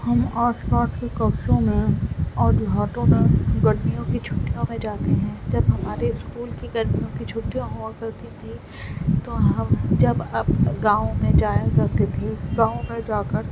ہم آس پاس کے قبصوں میں اور دیہاتوں میں گرمیوں کی چھٹیوں میں جاتے ہیں جب ہمارے اسکول کی گرمیوں کی چھٹیاں ہوا کرتی تھی تو ہم جب اپ گاؤں میں جایا کرتے تھے گاؤں میں جا کر